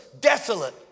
desolate